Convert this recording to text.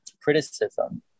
criticism